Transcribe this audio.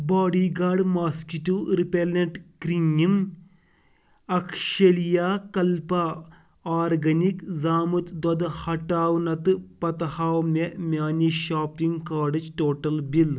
body guard mosquito repellent cream یم اَکشلیا کلپا آرگینِک زامُت دۄدٕ ہٹاونہٕ تہٕ پتہٕ ہاو مےٚ میٛانہِ شاپِنٛگ کارڈٕچ ٹوٹل بِل